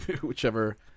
Whichever